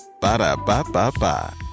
Ba-da-ba-ba-ba